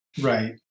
Right